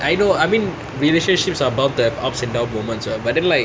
I know I mean relationships are bound to have ups and downs moments [what] but then like